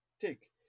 take